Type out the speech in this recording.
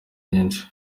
nyinshi